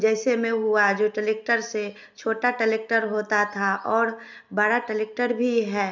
जैसे में हुआ जो टलेक्टर से छोटा टलेक्टर होता था और बड़ा टलेक्टर भी है